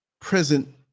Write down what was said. present